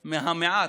מהמעט,